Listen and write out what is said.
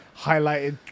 highlighted